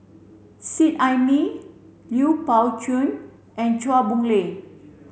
Seet Ai Mee Lui Pao Chuen and Chua Boon Lay